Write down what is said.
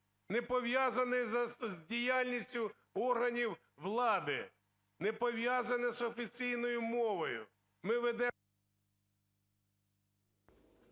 не пов'язаної з діяльністю органів влади, не пов'язаної з офіційною мовою,